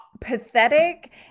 pathetic